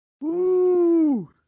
Woo